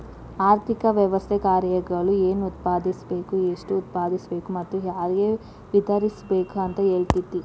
ಆರ್ಥಿಕ ವ್ಯವಸ್ಥೆ ಕಾರ್ಯಗಳು ಏನ್ ಉತ್ಪಾದಿಸ್ಬೇಕ್ ಎಷ್ಟು ಉತ್ಪಾದಿಸ್ಬೇಕು ಮತ್ತ ಯಾರ್ಗೆ ವಿತರಿಸ್ಬೇಕ್ ಅಂತ್ ಹೇಳ್ತತಿ